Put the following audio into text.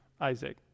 Isaac